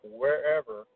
wherever